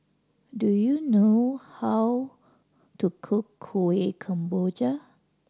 do you know how to cook Kuih Kemboja